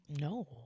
no